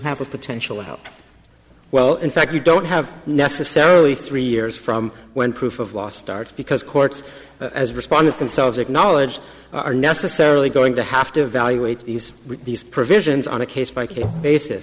have a potential help well in fact you don't have necessarily three years from when proof of law starts because courts as responders themselves acknowledge are necessarily going to have to evaluate these these provisions on a case by case basis